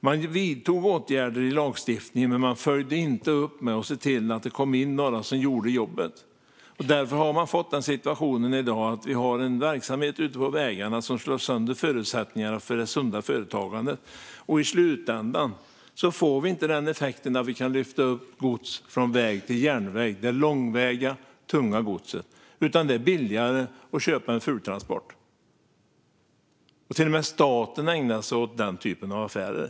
Man vidtog åtgärder i lagstiftningen, men man följde inte upp genom att se till att det kom in några som gjorde jobbet. Därför har vi i dag fått en situation med en verksamhet ute på vägarna som slår sönder förutsättningarna för det sunda företagandet. I slutändan får vi inte effekten att vi kan lyfta upp gods från väg till järnväg - det långväga och tunga godset. Det är billigare att köpa en fultransport, och till och med staten ägnar sig åt den typen av affärer.